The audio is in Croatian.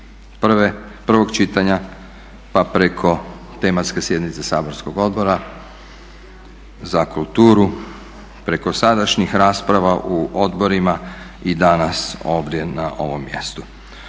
prvog čitanja pa preko tematske sjednice saborskog Odbora za kulturu, preko sadašnjih rasprava u odborima i danas ovdje na ovom mjestu.